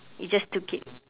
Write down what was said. you just took it